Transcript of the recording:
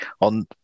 on